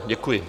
Děkuji.